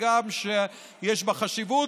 הגם שיש בה חשיבות,